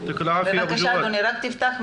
בזום.